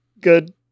Good